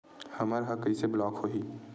हमर ह कइसे ब्लॉक होही?